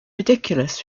ridiculous